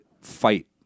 fight